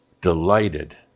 delighted